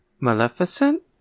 maleficent